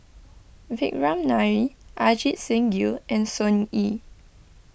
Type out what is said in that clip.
Vikram Nair Ajit Singh Gill and Sun Yee